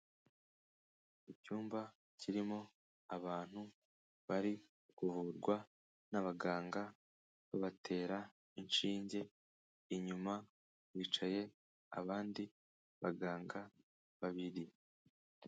Mu cyumba kirimo abantu bari guvurwa n'abaganga babatera ishinge, inyuma bicaye abandi baganga babiri.